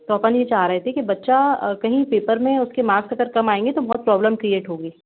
तो अपन ये चाह रहे थे कि बच्चा कहीं पेपर में उसके मार्क्स अगर कम आएँगे तो बहुत प्रॉब्लम क्रिएट होगी